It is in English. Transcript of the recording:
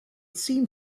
seemed